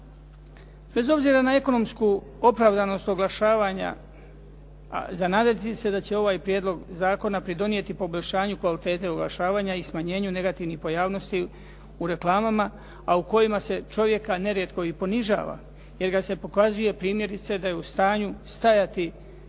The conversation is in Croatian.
Bez obzira na ekonomsku opravdanost oglašavanja za nadati se je da će ovaj prijedlog zakona pridonijeti poboljšanju kvalitete oglašavanja i smanjenju negativnih pojavnosti u reklamama, a u kojima se čovjeka nerijetko i ponižava jer ga se pokazuje primjerice da je u stanju stajati